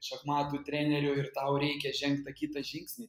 šachmatų treneriu ir tau reikia žengt tą kitą žingsnį